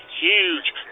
huge